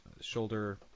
shoulder